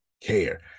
care